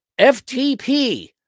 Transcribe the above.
ftp